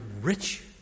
rich